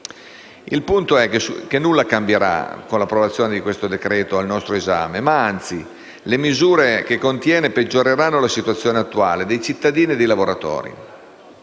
Il punto è che nulla cambierà con l'approvazione di questo decreto-legge al nostro esame ma, anzi, le misure che contiene peggioreranno la situazione attuale, dei cittadini e dei lavoratori.